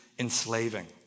Enslaving